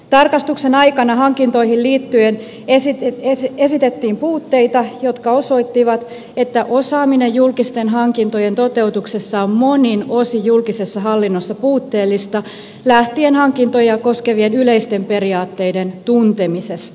tarkastuksen aikana hankintoihin liittyen esitettiin puutteita jotka osoittivat että osaaminen julkisten hankintojen toteutuksessa on monin osin julkisessa hallinnossa puutteellista lähtien hankintoja koskevien yleisten periaatteiden tuntemisesta